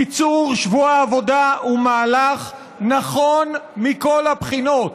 קיצור שבוע העבודה הוא מהלך נכון מכל הבחינות.